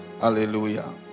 Hallelujah